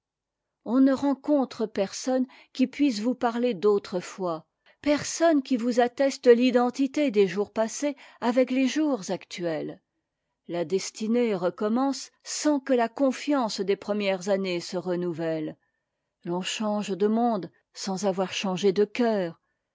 on ne rencontre personne qui puisse vous parler d'autrefois personne qui vous atteste l'identité des jours passés avec les jours actuels la destinée recommence sans que la confiance des premières années serenouvelle l'on change de monde sans avoir changé de coeur